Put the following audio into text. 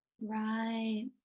right